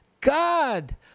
God